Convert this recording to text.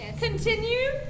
Continue